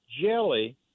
jelly